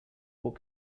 what